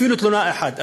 אפילו תלונה אחת,